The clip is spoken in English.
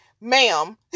ma'am